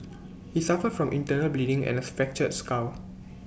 he suffered from internal bleeding and A fractured skull